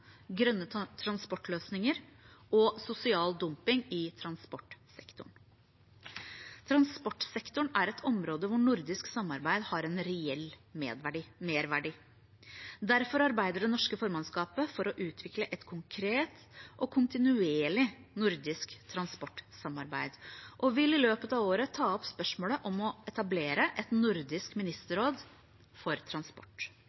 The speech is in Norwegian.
grønne transportløsninger og sosial dumping i transportsektoren. Transportsektoren er et område hvor nordisk samarbeid har en reell merverdi. Derfor arbeider det norske formannskapet for å utvikle et konkret og kontinuerlig nordisk transportsamarbeid og vil i løpet av året ta opp spørsmålet om å etablere et nordisk ministerråd for transport.